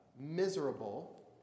miserable